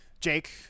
Jake